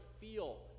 feel